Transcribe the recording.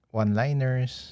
one-liners